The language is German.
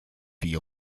wie